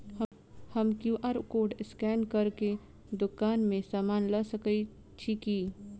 हम QR code scan कऽ केँ दुकान मे समान लऽ सकैत छी की?